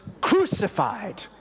crucified